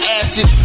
acid